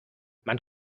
man